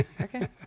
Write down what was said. okay